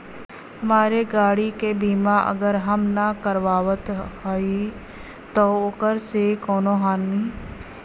हमरे गाड़ी क बीमा अगर हम ना करावत हई त ओकर से कवनों हानि?